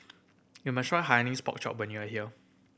you must try Hainanese Pork Chop when you are here